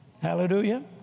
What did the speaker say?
Hallelujah